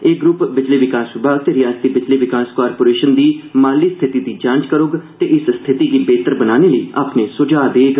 एह ग्रूप बिजली विकास विभाग ते रिआसती बिजली विकास कारपोरेशन दी माली स्थिति दी जांच करोग ते इस स्थिति गी बेह्तर बनाने लेई अपने सुझाऽ देग